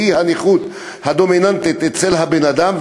שהיא הנכות הדומיננטית אצל האדם,